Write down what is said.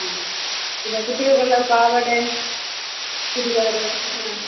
ആ പിന്നെ കുട്ടികൾക്കുള്ള പാവാടേ ചുരിദാറ് ആ